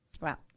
Wow